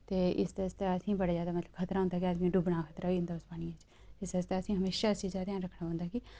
ते इस आस्तै असें ई बड़ा जैदा मतलब खतरा होंदा के असें ई डुब्बने दा खतरा होई जंदा असे ईं इस आस्तै असें ई म्हेशां इस चीजै दा ध्यान रक्खना पौंदा कि